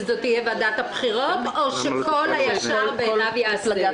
שזו תהיה ועדת הבחירות או שכל הישר בעינו יעשה?